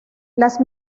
las